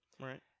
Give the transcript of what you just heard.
Right